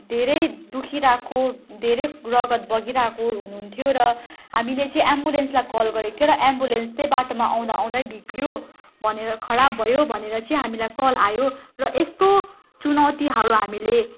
धेरै दुखिरहेको धरै रगत बगिरहेको हुनुहुन्थ्यो र हामीले चाहिँ एम्बुलेन्सलाई कल गरेको थियो र एम्बुलेन्स चाहिँ बाटोमा आउँदा आउँदै बिग्रियो भनेर खराब भयो भनेर चाहिँ हामीलाई कल आयो र यस्तो चुनौतीहरू हामीले